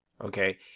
okay